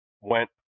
went